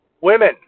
Women